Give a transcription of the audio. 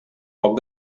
poc